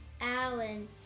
Alan